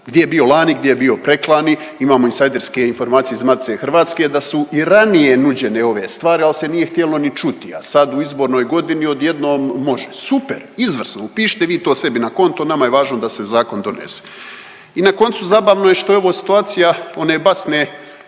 Gdje je bio lani, gdje je bio preklani, imamo insajderske informacije iz Matice Hrvatske da su i ranije nuđene ove stvari ali se nije htjelo ni čuti, a sad u izbornoj godini odjednom može. Super, izvrsno, upišite vi to sebi na konto nama je važno da se zakon donese. I na koncu zabavno je što je ovo situacija one basne